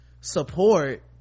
support